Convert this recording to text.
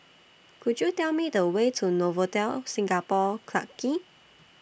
Could YOU Tell Me The Way to Novotel Singapore Clarke Quay